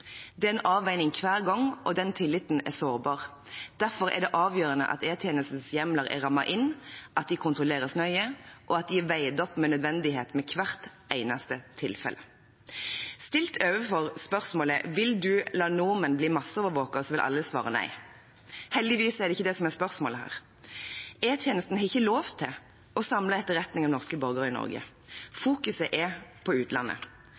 Det er en avveining hver gang, og den tilliten er sårbar. Derfor er det avgjørende at E-tjenestens hjemler er rammet inn, at de kontrolleres nøye, og at de er veid opp mot nødvendighet ved hvert eneste tilfelle. Stilt overfor spørsmålet «Vil du la nordmenn bli masseovervåket?», vil alle svare nei. Heldigvis er det ikke det som er spørsmålet her. E-tjenesten har ikke lov til å samle etterretning av norske borgere i Norge. Fokuset er på utlandet.